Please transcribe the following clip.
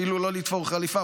אפילו לא לתפור חליפה,